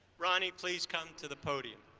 rani, please come to the podium.